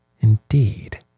Indeed